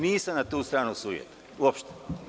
Nisam na tu stranu sujetan uopšte.